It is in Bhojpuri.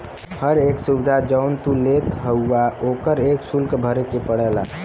हर एक सुविधा जौन तू लेत हउवा ओकर एक सुल्क भरे के पड़ला